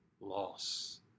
loss